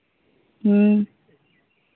ᱦᱮᱸ